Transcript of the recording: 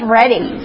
ready